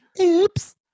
oops